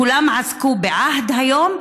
כולם עסקו בעהד היום,